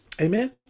amen